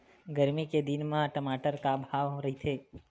गरमी के दिन म टमाटर का भाव रहिथे?